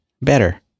better